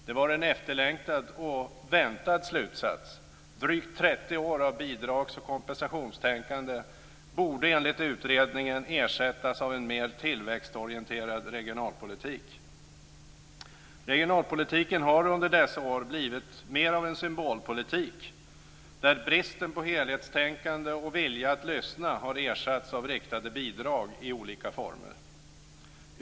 Det var en efterlängtad och väntad slutsats. Drygt 30 år av bidrags och kompensationstänkande borde enligt utredningen ersättas av en mer tillväxtorienterad regionalpolitik. Regionalpolitiken har under dessa år blivit mer av en symbolpolitik där bristen på helhetstänkande och vilja att lyssna har ersatts av riktade bidrag i olika former.